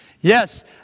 Yes